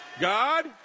God